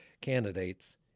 candidates